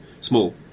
small